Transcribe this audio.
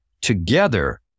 together